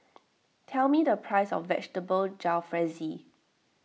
tell me the price of Vegetable Jalfrezi